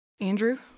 Andrew